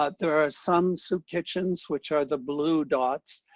ah there are some soup kitchens, which are the blue dots.